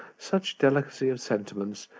such delicacy of sentiments,